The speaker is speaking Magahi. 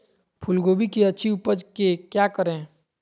फूलगोभी की अच्छी उपज के क्या करे?